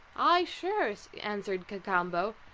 ay, sure, answered cacambo,